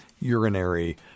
urinary